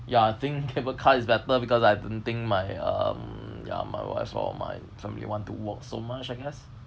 ya I think cable car is better because I don't think my um ya my wife or my family want to walk so much I guess